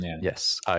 yes